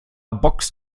boxt